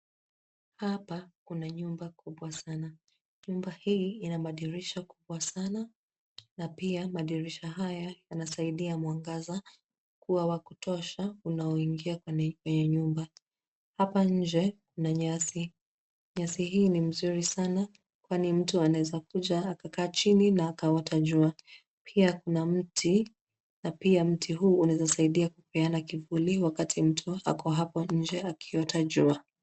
Hapa kuna nyumba kubwa sana. Nyumba hii ina madirisha kubwa sana na pia madirisha haya yanasaidia mwangaza kuwa wa kutosha unaoingia kwenye nyumba. Hapa nje kuna nyasi, nyasi hii ni mzuri sana kwani mtu anaweza akakaa chini na akaota jua. Pia kuna mti na pia mti huu unaweza saidia kupeana kivuli wakati mtu ako hapo nje akiota jua.